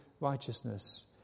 righteousness